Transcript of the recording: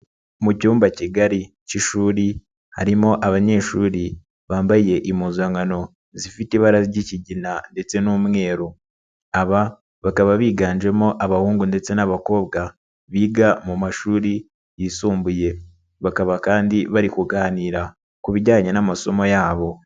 Mu cyumba kigari cy'ishuri harimo abanyeshuri bambaye impuzankano zifite ibara ry'ikigina ndetse n'umweru, aba bakaba biganjemo abahungu ndetse n'abakobwa biga mu mashuri yisumbuye, bakaba kandi bari kuganira ku bijyanye n'amasomo yabo.